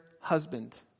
husband